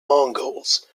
mongols